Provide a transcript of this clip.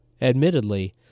Admittedly